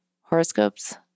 horoscopes